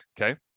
Okay